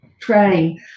train